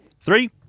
Three